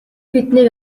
биднийг